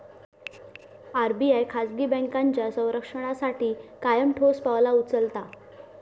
RBI खाजगी बँकांच्या संरक्षणासाठी कायम ठोस पावला उचलता